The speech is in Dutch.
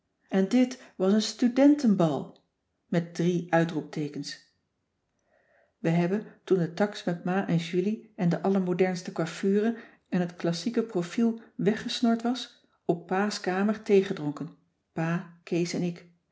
en dit was een studentenbal met drie uitroepteekens we hebben toen de tax met ma en julie en de allermodernste coiffure en het klassieke profiel weggesnord was op pa's kamer theegedronken pa kees en ik